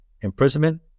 imprisonment